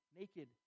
naked